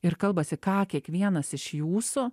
ir kalbasi ką kiekvienas iš jūsų